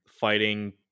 fighting